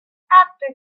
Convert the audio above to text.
after